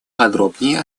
подробнее